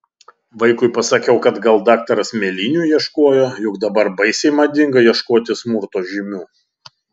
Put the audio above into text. vaikui pasakiau kad gal daktaras mėlynių ieškojo juk dabar baisiai madinga ieškoti smurto žymių